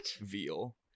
veal